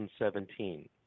2017